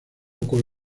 con